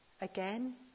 again